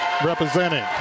Representing